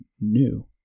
new